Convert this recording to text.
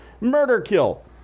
Murderkill